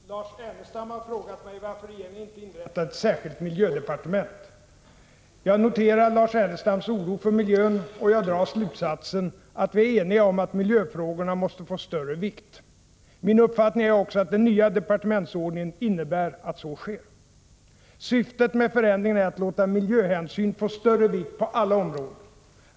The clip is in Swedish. Herr talman! Lars Ernestam har frågat mig varför regeringen inte inrättat ett särskilt miljödepartement. Jag noterar Lars Ernestams oro för miljön, och jag drar slutsatsen att vi är eniga om att miljöfrågorna måste få större vikt. Min uppfattning är också att den nya departementsordningen innebär att så sker. Syftet med förändringen är att låta miljöhänsyn få större vikt på alla områden.